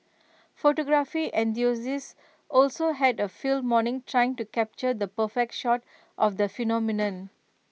photography enthusiasts also had A field morning trying to capture the perfect shot of the phenomenon